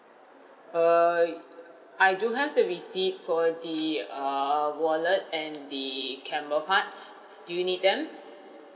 err I do have the receipt for the uh wallet and the camera parts do you need them